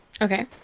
Okay